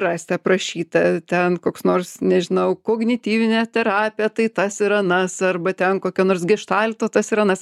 rasti aprašyta ten koks nors nežinau kognityvinė terapija tai tas ir anas arba ten kokia nors geštalto tas ir anas